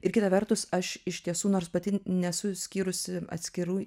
ir kita vertus aš iš tiesų nors pati nesu skyrusi atskirų